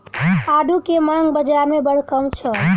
आड़ू के मांग बाज़ार में बड़ कम छल